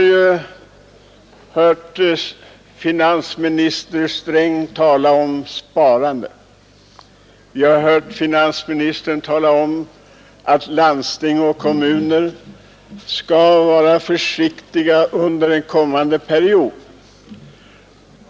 Vi har hört finansminister Sträng tala om sparandet och säga att landsting och kommuner måste vara försiktiga med utgifterna under den kommande tiden.